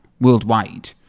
worldwide